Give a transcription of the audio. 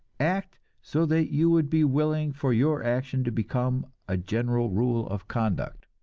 act so that you would be willing for your action to become a general rule of conduct.